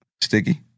Sticky